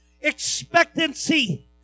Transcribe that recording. Expectancy